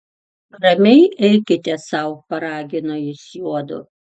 ramiai eikite sau paragino jis juodu